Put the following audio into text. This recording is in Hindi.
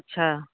अच्छा